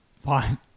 Fine